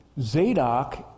Zadok